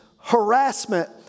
harassment